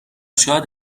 شاید